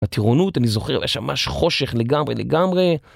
בטירונות, אני זוכר, היה שם ממש חושך לגמרי, לגמרי.